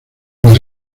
las